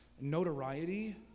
notoriety